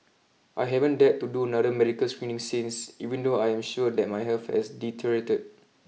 I haven't dared to do another medical screening since even though I am sure that my health has deteriorated